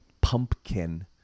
Pumpkin